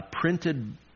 printed